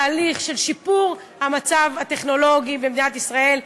להליך של שיפור המצב בתחום הטכנולוגי במדינת ישראל.